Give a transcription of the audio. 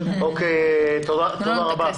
תודה רבה.